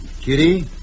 Kitty